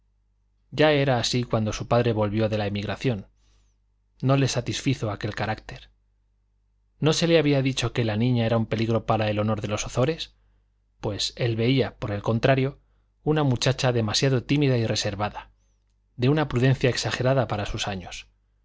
ya era así cuando su padre volvió de la emigración no le satisfizo aquel carácter no se le había dicho que la niña era un peligro para el honor de los ozores pues él veía por el contrario una muchacha demasiado tímida y reservada de una prudencia exagerada para sus años